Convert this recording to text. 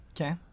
Okay